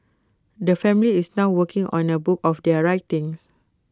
the family is now working on A book of their writings